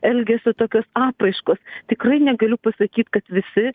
elgesio tokios apraiškos tikrai negaliu pasakyt kad visi